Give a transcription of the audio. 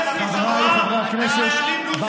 חבריי חבר הכנסת,